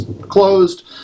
closed